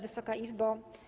Wysoka Izbo!